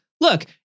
look